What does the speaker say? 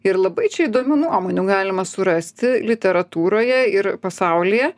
ir labai čia įdomių nuomonių galima surasti literatūroje ir pasaulyje